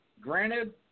Granted